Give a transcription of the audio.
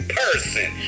person